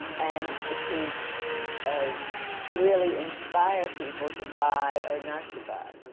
and to um really inspire people to buy or not to buy.